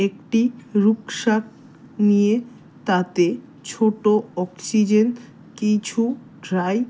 একটি রুকস্যাক নিয়ে তাতে ছোটো অক্সিজেন কিছু ড্রাই